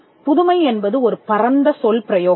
புதுமை என்பது ஒரு பரந்த சொல் பிரயோகம்